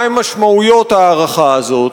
מהן משמעויות ההארכה הזאת.